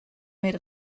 made